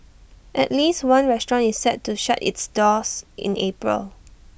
at least one restaurant is set to shut its doors in April